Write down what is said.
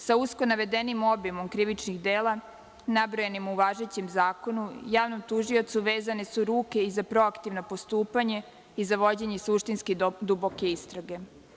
Sa usko navedenim obimom krivičnih dela nabrojanim u važećem zakonu javnom tužiocu vezane su ruke i za proaktivna postupanja i za vođenje suštinske i duboke istrage.